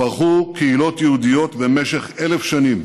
פרחו קהילות יהודיות במשך 1,000 שנים.